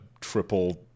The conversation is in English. triple